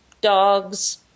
Dogs